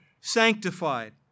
sanctified